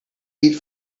eat